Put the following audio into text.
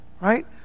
right